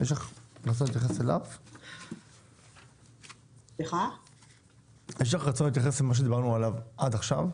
יש לך רצון להתייחס למה שדיברנו עליו עד עכשיו?